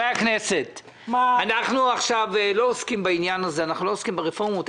אנחנו לא עוסקים עכשיו ברפורמות.